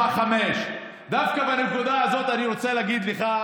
5-4. דווקא בנקודה הזאת אני רוצה להגיד לך,